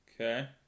okay